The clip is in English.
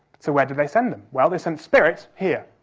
so, where did they send them? well, they sent spirit here.